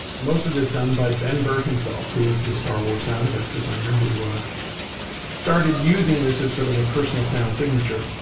most of this done by ben burtt himself, who is the star wars sound effects designer who started using this as sort of a personal sound signature